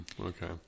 Okay